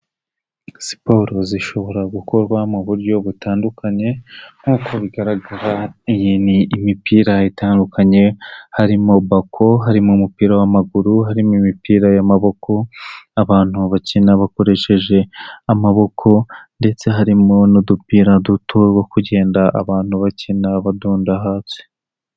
Siporo zishobora gukorwa mu buryo butandukanye, nk'uko bigaragara imipira itandukanye, harimo bako, hari mu mupira w'amaguru, harimo imipira y'amaboko abantu bakina bakoresheje amaboko, ndetse harimo n'udupira duto two kugenda abantu bakina badonda hasi.